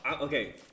Okay